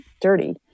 dirty